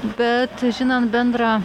bet žinant bendrą